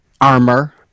armor